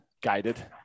guided